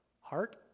Heart